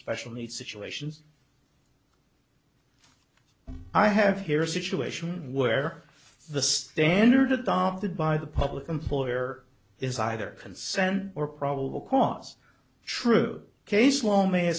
special needs situations i have here a situation where the standard adopted by the public employer is either consent or probable cause true case law may have